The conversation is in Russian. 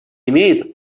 имеет